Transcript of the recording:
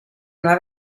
una